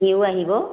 সিও আহিব